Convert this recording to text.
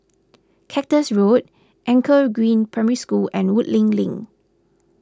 Cactus Road Anchor Green Primary School and Woodleigh Link